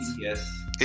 yes